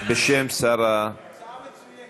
בשם שר התחבורה.